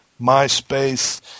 MySpace